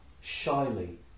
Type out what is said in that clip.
shyly